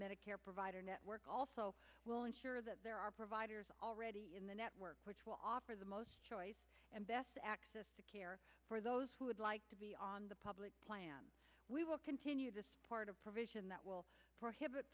medicare provider network also will ensure that there are providers already in the network which will offer the most and best access to care for those who would like to be on the public plan we will continue this part of provision that will prohibit